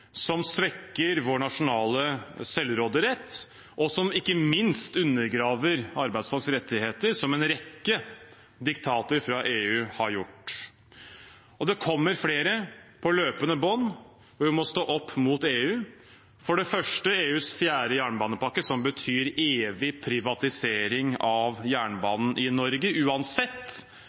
som svekker vår nasjonale selvråderett, og som ikke minst undergraver arbeidsfolks rettigheter, som en rekke diktater fra EU har gjort. Det kommer flere på løpende bånd, og vi må stå opp mot EU. For det første gjelder det EUs fjerde jernbanepakke, som betyr evig privatisering av jernbanen i Norge. Uansett